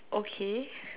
okay